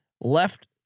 left